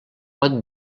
pot